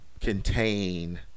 contain